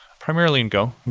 primarily in go.